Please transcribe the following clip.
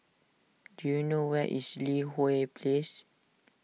do you know where is Li Hwan Place